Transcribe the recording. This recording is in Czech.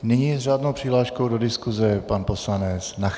Nyní s řádnou přihláškou do diskuse pan poslanec Nacher.